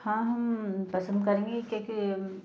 हाँ हम पसंद करने कि के